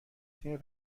تیم